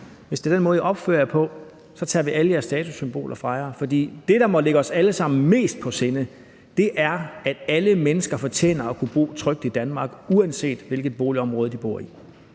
hvis det er den måde, I opfører jer på, tager vi alle jeres statussymboler fra jer. For det, der må ligge os alle sammen mest på sinde, er, at alle mennesker fortjener at kunne bo trygt i Danmark, uanset hvilket boligområde de bor i.